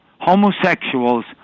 homosexuals